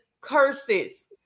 curses